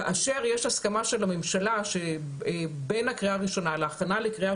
כאשר יש הסכמה של הממשלה שבין הקריאה הראשונה להכנה לקריאה